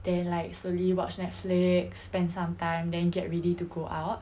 then like slowly watch netflix spend some time then get ready to go out